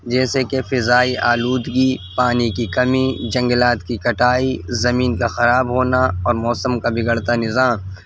جیسے کہ فضائی آلودگی پانی کی کمی جنگلات کی کٹائی زمین کا خراب ہونا اور موسم کا بگڑتا نظام